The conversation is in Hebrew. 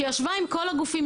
שישבה עם כל הגופים,